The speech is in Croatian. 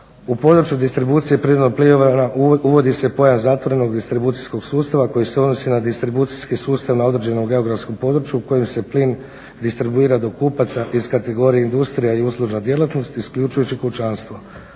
u području distribucije prirodnog plina uvodi se pojas zatvorenog distribucijskog sustava koji se odnosi na distribucijski sustav na određenom geografskom području u kojem se plin distribuira do kupaca iz kategorije industrija i uslužna djelatnost isključujući kućanstvo.